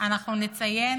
אנחנו נציין